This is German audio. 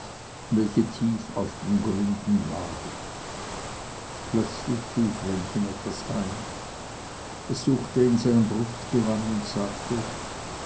welche tief auf den gründen lagen plötzlich fiel vrenchen etwas ein es suchte in seinem brustgewand und sagte